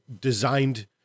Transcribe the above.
designed